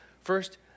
First